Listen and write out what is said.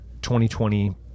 2020